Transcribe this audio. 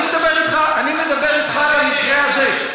אני מדבר אתך על המקרה הזה.